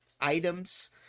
items